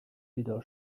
بیدار